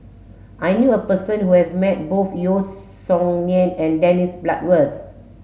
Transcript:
I knew a person who has met both Yeo Song Nian and Dennis Bloodworth